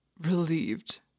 relieved